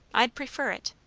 i'd prefer it.